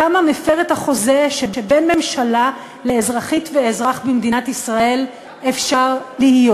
כמה מפר את החוזה שבין ממשלה לאזרחית ואזרח במדינת ישראל אפשר להיות?